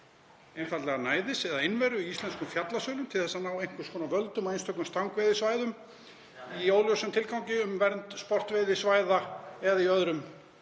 einfaldlega næðis eða einveru í íslenskum fjallasölum til þess að ná einhvers konar völdum á einstökum stangveiðisvæðum í óljósum tilgangi um vernd sportveiðisvæða eða í öðrum